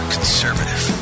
Conservative